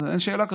אין שאלה כזאת.